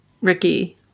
Ricky